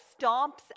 stomps